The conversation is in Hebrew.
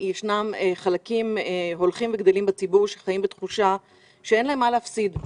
ישנם חלקים הולכים וגדלים בציבור שחיים בתחושה שאין להם מה להפסיד.